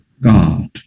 God